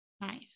Nice